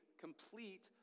complete